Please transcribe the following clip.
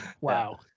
wow